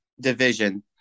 division